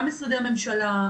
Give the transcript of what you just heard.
גם משרדי ממשלה,